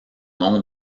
nom